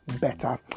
better